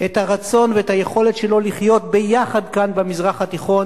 את הרצון ואת היכולת שלו לחיות ביחד כאן במזרח התיכון,